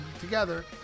together